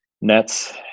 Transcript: Nets